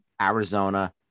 Arizona